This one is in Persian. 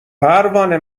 پروانه